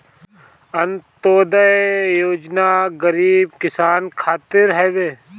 अन्त्योदय योजना गरीब किसान खातिर हवे